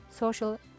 Social